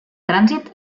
trànsit